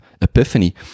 epiphany